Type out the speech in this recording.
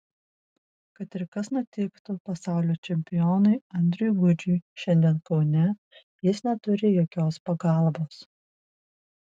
kad ir kas nutiktų pasaulio čempionui andriui gudžiui šiandien kaune jis neturi jokios pagalbos